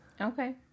Okay